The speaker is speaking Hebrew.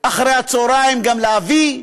אחרי הצהריים גם להביא,